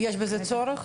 יש בזה צורך?